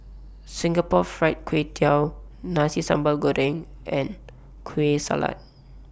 Singapore Fried Kway Tiao Nasi Sambal Goreng and Kueh Salat